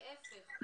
להפך.